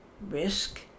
risk